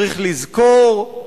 צריך לזכור.